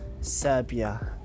Serbia